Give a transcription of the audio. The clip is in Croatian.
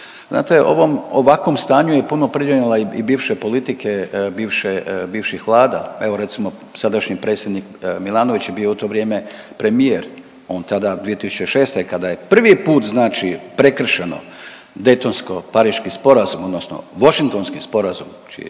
znate ovakvom stanju je puno pridonijela i bivše politike bivših vlada. Evo recimo sadašnji predsjednik Milanović je bio u to vrijeme premijer. On tada te 2006. kada je prvi put znači prekršeno Daytonsko-pariški sporazum, odnosno Washingtonski sporazum čije